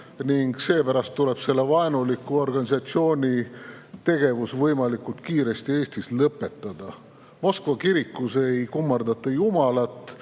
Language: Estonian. ning seepärast tuleb selle vaenuliku organisatsiooni tegevus võimalikult kiiresti Eestis lõpetada. Moskva kirikus ei kummardata Jumalat,